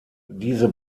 diese